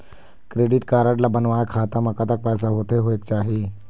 Credit card ला बनवाए खाता मा कतक पैसा होथे होएक चाही?